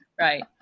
Right